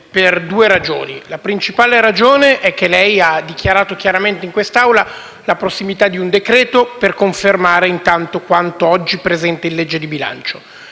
per due ragioni. La principale ragione è che lei ha dichiarato chiaramente in quest'Aula la prossimità di un decreto-legge per confermare intanto quanto oggi presente in legge di bilancio.